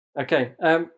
Okay